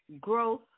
growth